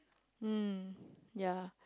mm ya